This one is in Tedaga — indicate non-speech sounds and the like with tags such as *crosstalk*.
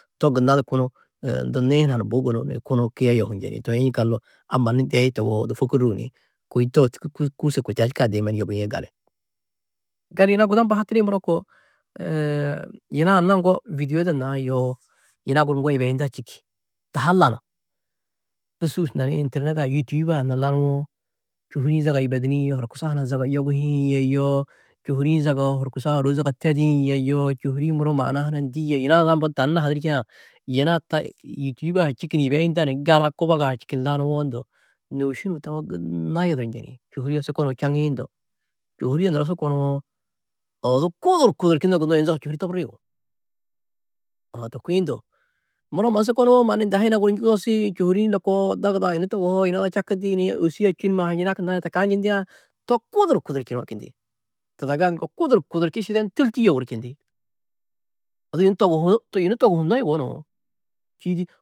To gunna du kunu *hesitation* ndunii hunã ni bui gunú, kunu kiye yohu njeni. Toi yiŋgaldu a mannu ndei tohoo odu fôkoruũ ni kôi to kû- kûrse kôi taa čûkã daiman yobĩe gali. Gali yina guda mbo hatirĩ muro koo *hesitation* yina anna ŋgo vîdioda naa yoo yina guru ŋgo yibeyinda čîki taa ha lanu. Du sûus nani internad-ã yûtuyub-ã na lanũwo, čôhuri-ĩ zaga yibedinĩ yê hurkusa hunã zaga yoguhĩ yê yoo čôhuri-ĩ zaga hurkusa ôro zaga tedĩ yê yoo čôhuri-ĩ muro maana hunã ndî yê. Yina ada mbo tani nahadirî tîyiã yina taa yûtuyub-ã čîki ni yibeyinda ni gala kubogaa čîki ni lanũwo ndo nôuši nuũ tawo gunna yuduru njeni. Čôhuri a su kônnuũ čaŋiĩ ndo, čôhuri a nuro su konũwo odu kudur kudurčinno gunnoó yunu zaga čôhuri toburrîe yugó. *hesitation* to kuĩ ndo muro mannu su konũwo mannu unda ha yina guru njugudosi, čôhuri-ĩ lôko dogud-ã yunu tuguhoo yina ada čakindi ni ôbusu a či numa yinak na ta kaa njindiã to kudur kudurčunoo čindi. Tudaga ŋgo kudur kudurči šidenu tôlti yogur čindi. Odu yunu toguhu yunu toguhunnó yugó nuũ čîidi.